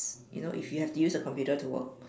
you know if you have to use a computer to work